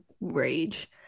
rage